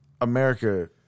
America